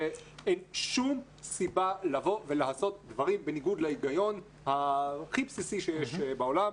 ואין שום סיבה לבוא ולעשות דברים בניגוד להיגיון הכי בסיסי שיש בעולם.